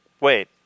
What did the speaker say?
Wait